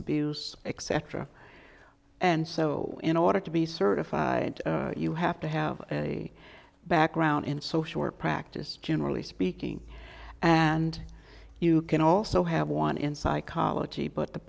etc and so in order to be certified you have to have a background in so short practice generally speaking and you can also have one in psychology but the